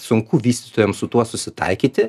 sunku vystytojams su tuo susitaikyti